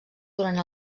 durant